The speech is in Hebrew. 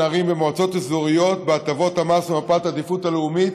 ערים ומועצות אזוריות בהטבות המס ומפת העדיפות הלאומית.